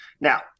now